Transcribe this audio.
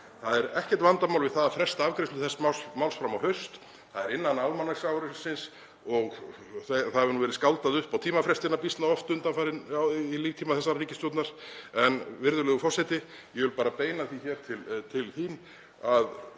Það er ekkert vandamál við það að fresta afgreiðslu þess máls fram á haust. Það er innan almanaksársins og það hefur nú verið skáldað upp á tímafrestina býsna oft í líftíma þessarar ríkisstjórnar. Virðulegur forseti. Ég vil bara beina því til þín að